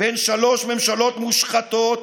בין שלוש ממשלות מושחתות,